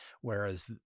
whereas